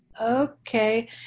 okay